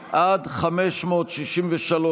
563 לחלופין ב',